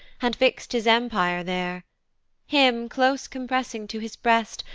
and fix'd his empire there him, close compressing to his breast,